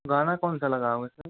गाना कौनसा लगाओगे सर